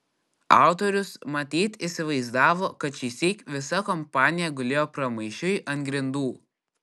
autorius matyt įsivaizdavo kad šįsyk visa kompanija gulėjo pramaišiui ant grindų